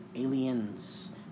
Aliens